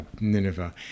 Nineveh